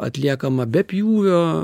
atliekama be pjūvio